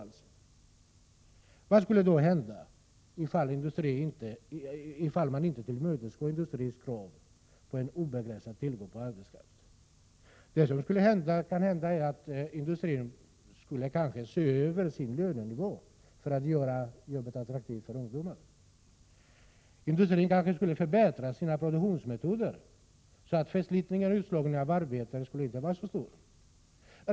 Vad skulle då hända om vi inte tillmötesgår industrins krav på en obegränsad tillgång på arbetskraft? Det som skulle hända är att industrin kanske skulle se över sin lönenivå för att göra jobben attraktiva för ungdomar. Industrin kanske skulle förbättra sina produktionsmetoder, så att förslitningarna och därmed utslagningen av arbetare inte skulle bli så stor.